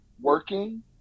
working –